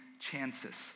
chances